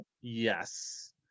yes